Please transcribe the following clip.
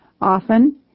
Often